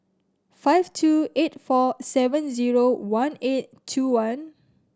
five two eight four seven zero one eight two one